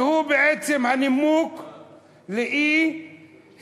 והוא בעצם הנימוק לאי-הימצאות,